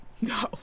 No